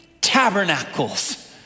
tabernacles